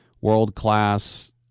world-class